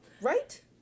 right